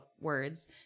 words